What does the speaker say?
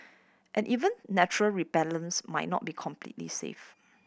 but even natural repellents might not be completely safe